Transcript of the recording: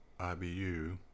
IBU